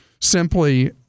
Simply